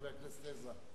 חבר הכנסת עזרא.